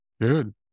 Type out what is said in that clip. Good